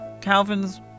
Calvin's